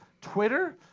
Twitter